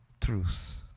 truth